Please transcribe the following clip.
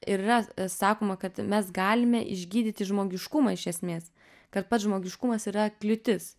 ir yra sakoma kad mes galime išgydyti žmogiškumą iš esmės kad pats žmogiškumas yra kliūtis